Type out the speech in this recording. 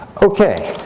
ok,